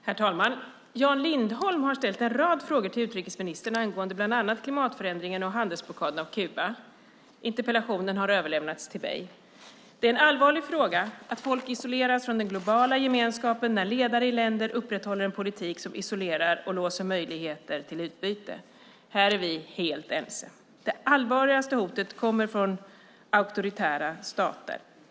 Herr talman! Jan Lindholm har ställt en rad frågor till utrikesministern angående bland annat klimatförändringen och handelsblockaden av Kuba. Interpellationen har överlämnats till mig. Det är en allvarlig fråga att folk isoleras från den globala gemenskapen när ledare i länder upprätthåller en politik som isolerar och låser möjligheter till utbyte. Här är vi helt ense. Det allvarligaste hotet kommer från auktoritära stater.